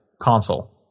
console